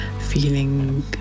Feeling